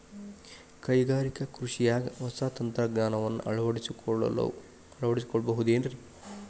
ಕೈಗಾರಿಕಾ ಕೃಷಿಯಾಗ ಹೊಸ ತಂತ್ರಜ್ಞಾನವನ್ನ ಅಳವಡಿಸಿಕೊಳ್ಳಬಹುದೇನ್ರೇ?